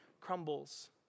crumbles